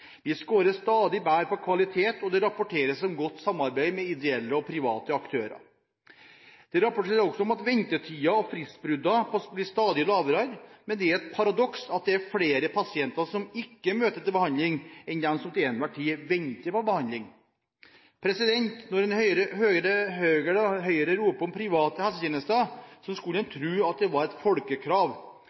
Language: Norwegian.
Vi scorer stadig bedre på kvalitet, og det rapporters om godt samarbeid med ideelle og private aktører. Det rapporteres også om at ventetiden og antall fristbrudd blir stadig lavere. Men det er et paradoks at det er flere pasienter som ikke møter til behandling, enn som til enhver tid venter på behandling. Når man hører Høyre rope om private helsetjenester, så skulle man tro at det var et folkekrav.